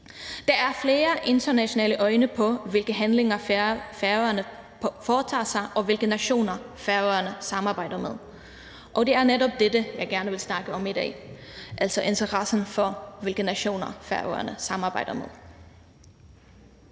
Der er flere internationale øjne på, hvilke handlinger Færøerne foretager sig, og hvilke nationer Færøerne samarbejder med. Og det er netop dette, jeg gerne vil snakke om i dag, altså interessen for, hvilke nationer Færøerne samarbejder med.